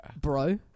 Bro